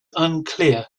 unclear